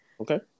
Okay